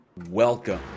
Welcome